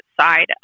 side